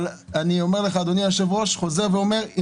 אני חוזר ואומר לך,